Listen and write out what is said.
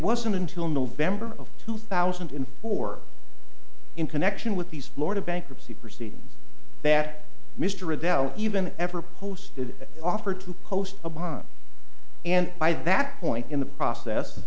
wasn't until november of two thousand and four in connection with these florida bankruptcy proceedings that mr revelle even ever posted an offer to post a bond and by that point in the process